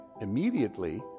immediately